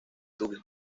dublín